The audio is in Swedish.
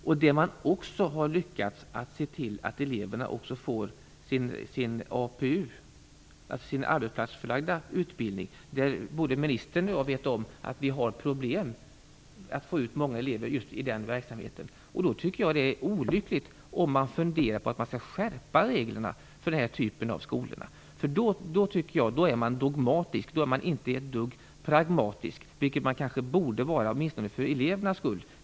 Man har också lyckats se till att eleverna får sin APU, dvs. sin arbetsplatsförlagda utbildning. Både ministern och jag vet att det finns problem med att få ut många elever i den verksamheten. Jag tycker att det är olyckligt om man funderar på att skärpa reglerna för denna typ av skolor. Då är man dogmatisk och inte ett dugg pragmatisk, vilket man kanske borde vara åtminstone för elevernas skull.